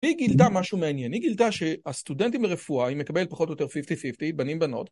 היא גילתה משהו מעניין, היא גילתה שהסטודנטים ברפואה היא מקבלת פחות או יותר 50-50 בנים בנות